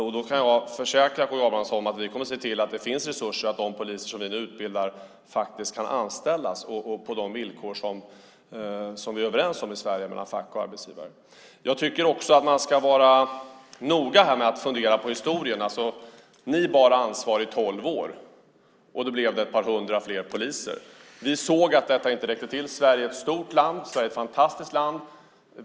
Jag kan försäkra K G Abramsson att vi kommer att se till att det finns resurser så att de poliser som vi nu utbildar kan anställas på de villkor som vi är överens om i Sverige mellan fack och arbetsgivare. Jag tycker att man ska vara noga med att fundera på historien. Ni bar ansvaret i tolv år. Det blev ett par hundra fler poliser. Vi såg att detta inte räckte. Sverige är ett stort land. Sverige är ett fantastiskt land.